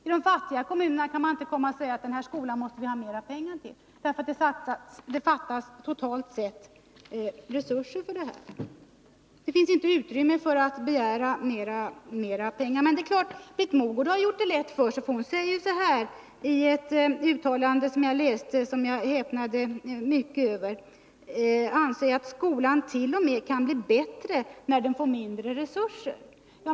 I de fattiga kommunerna kan man inte göra gällande att det behövs mera pengar till de egna skolorna, och anledningen till det är att det totalt sett fattas resurser. Det finns inte utrymme för att begära mera pengar. Britt Mogård har gjort det lätt för sig i detta sammanhang. Hon har nämligen i ett uttalande, som jag häpnade mycket över, sagt att hon anser att ; skolan t.o.m. kan förbättras när den får mindre resurser.